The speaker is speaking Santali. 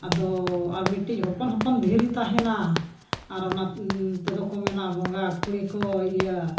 ᱟᱫᱚ ᱟᱨ ᱢᱤᱫᱴᱤᱡ ᱦᱚᱯᱚᱱ ᱦᱚᱯᱚᱱ ᱫᱷᱤᱨᱤ ᱛᱟᱦᱮᱱᱟ ᱟᱨ ᱚᱱᱟ ᱛᱮᱫᱚ ᱠᱚ ᱢᱮᱱᱟ ᱵᱚᱸᱜᱟ ᱠᱩᱲᱤ ᱠᱚ ᱤᱭᱟᱹ